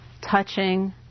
touching